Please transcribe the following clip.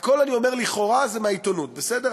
הכול אני אומר לכאורה, זה מהעיתונות, בסדר?